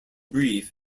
brief